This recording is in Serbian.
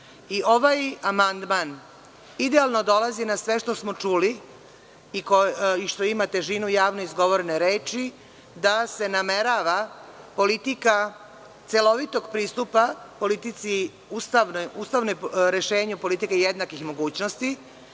amandman idealno dolazi na sve što smo čuli i što ima težinu javnog izgovorene reči da se namerava politika celovitog pristupa, ustavnom rešenju politike jednakih mogućnosti,